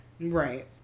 Right